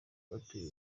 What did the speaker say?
batuye